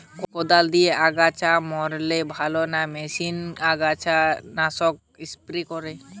কদাল দিয়ে আগাছা মারলে ভালো না মেশিনে আগাছা নাশক স্প্রে করে?